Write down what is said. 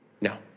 No